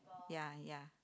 ya ya